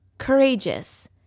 Courageous